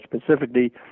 specifically